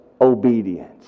obedience